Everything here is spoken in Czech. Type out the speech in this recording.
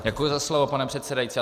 Děkuji za slovo, pane předsedající.